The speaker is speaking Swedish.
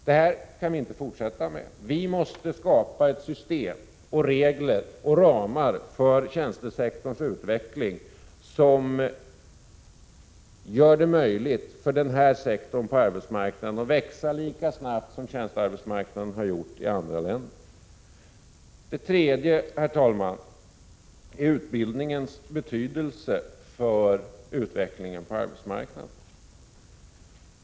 Det här kan vi inte fortsätta med. Vi måste skapa ett system med regler och ramar för tjänstesektorns utveckling, som gör det möjligt för den här sektorn på arbetsmarknaden att växa lika snabbt som tjänstearbetsmarknaden gjort i andra länder. Vi har också utbildningens betydelse för utvecklingen på arbetsmarknaden.